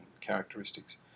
characteristics